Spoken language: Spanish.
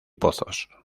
pozos